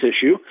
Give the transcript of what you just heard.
issue